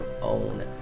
own